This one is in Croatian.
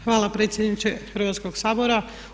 Hvala predsjedniče Hrvatskog sabora.